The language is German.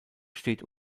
steht